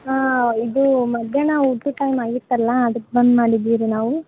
ಹಾಂ ಇದು ಮಧ್ಯಾಹ್ನ ಊಟದ ಟೈಮ್ ಆಗಿತ್ತಲ್ಲಾ ಅದ್ಕೆ ಬಂದು ಮಾಡಿದೀವಿ ರೀ ನಾವು